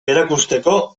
erakusteko